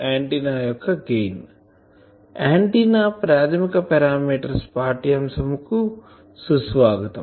antenna ప్రాధమిక parameters పాఠ్యంశం కి స్వాగతం